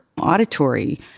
auditory